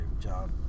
job